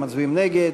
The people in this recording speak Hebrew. מצביעים נגד,